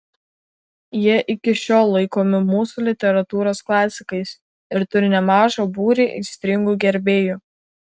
jie iki šiol laikomi mūsų literatūros klasikais ir turi nemažą būrį aistringų gerbėjų